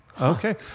Okay